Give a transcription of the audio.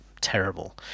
terrible